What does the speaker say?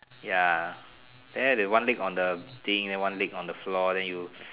ya there they one leg on the thing one leg on the floor then you